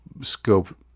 scope